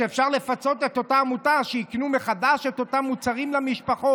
אפשר לפצות את אותה עמותה כדי שתקנה מחדש את אותם מוצרים למשפחות.